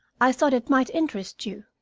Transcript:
i thought it might interest you.